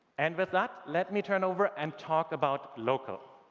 and with that let me turn over and talk about local.